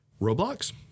Roblox